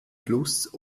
fluss